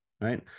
right